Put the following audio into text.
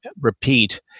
repeat